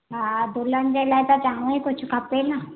हा दुल्हन जे लाइ त चङो ई कुझु खपे न